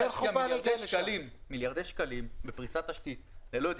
מיליארדי שקלים בפריסת תשתית אני לא יודע,